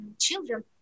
children